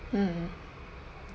mm